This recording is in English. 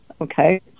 Okay